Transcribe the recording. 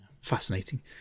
fascinating